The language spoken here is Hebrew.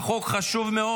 החוק חשוב מאוד.